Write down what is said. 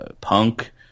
Punk